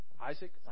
Isaac